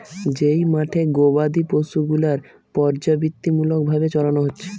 যেই মাঠে গোবাদি পশু গুলার পর্যাবৃত্তিমূলক ভাবে চরানো হচ্ছে